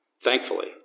Thankfully